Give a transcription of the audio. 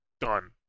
Done